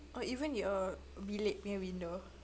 oh even your bilik punya window